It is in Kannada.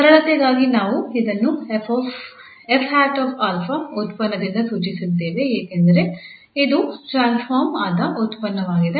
ಸರಳತೆಗಾಗಿ ನಾವು ಇದನ್ನು 𝑓̂𝛼 ಉತ್ಪನ್ನದಿಂದ ಸೂಚಿಸಿದ್ದೇವೆ ಏಕೆಂದರೆ ಇದು ಟ್ರಾನ್ಸ್ಫಾರ್ಮ್ ಆದ ಉತ್ಪನ್ನವಾಗಿದೆ